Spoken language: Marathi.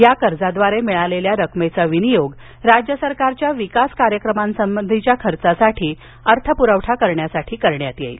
या कर्जाद्वारे मिळालेल्या रकमेचा विनियोग राज्य सरकारच्या विकास कार्यक्रमा संबंधीच्या खर्चासाठी अर्थप्रवठा करण्यासाठी करण्यात येईल